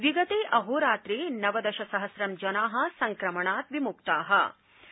विगते अहोरात्रे नवदश सहस्रं जना संक्रमणात् विमुक्ता अभवन्